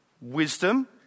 wisdom